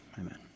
Amen